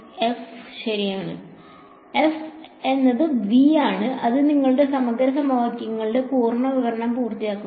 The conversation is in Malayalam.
f ശരിയാണ് f എന്നത് V ആണ് അത് നിങ്ങളുടെ സമഗ്ര സമവാക്യങ്ങളുടെ പൂർണ്ണ വിവരണം പൂർത്തിയാക്കുന്നു